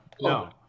no